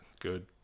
Good